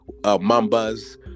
Mambas